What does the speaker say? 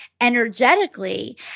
energetically